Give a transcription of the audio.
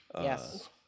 Yes